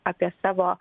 apie savo